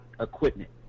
equipment